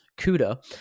CUDA